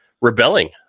rebelling